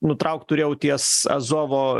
nutraukt turėjau ties azovo